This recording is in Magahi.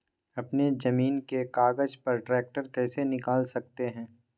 अपने जमीन के कागज पर ट्रैक्टर कैसे निकाल सकते है?